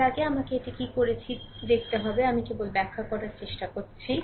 তার আগে আমাকে এটি কী করে করছি আগে আমি কেবল ব্যাখ্যা করার চেষ্টা করছি